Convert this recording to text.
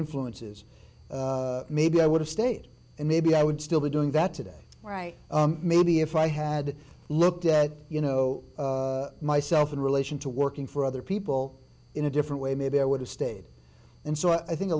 influences maybe i would have stayed and maybe i would still be doing that today right maybe if i had looked at you know myself in relation to working for other people in a different way maybe i would have stayed and so i think a